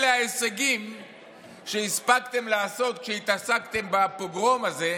אלה ההישגים שהספקתם לעשות כשהתעסקתם בפוגרום הזה,